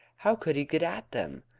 how could he get at them?